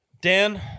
Dan